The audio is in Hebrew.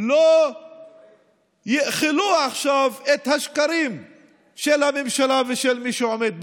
לא יאכלו עכשיו את השקרים של הממשלה ושל מי שעומד בראשה.